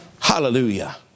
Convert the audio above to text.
Hallelujah